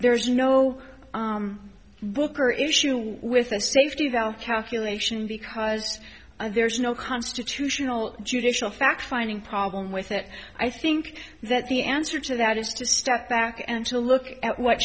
there is no book or issue with the safety of our calculation because there is no constitutional judicial fact finding problem with it i think that the answer to that is to step back and to look at what